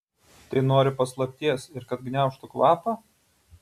tai nori paslapties ir kad gniaužtų kvapą